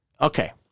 Okay